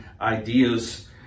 ideas